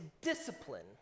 discipline